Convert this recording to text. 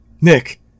Nick